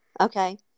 Okay